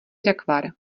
rakvar